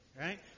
right